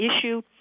issue